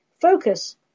Focus